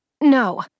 No